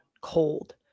cold